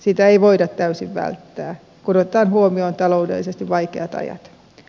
sitä ei voida täysin välttää kun otetaan huomioon taloudellisesti vaikeat ajat